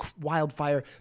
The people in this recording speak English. wildfire